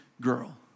girl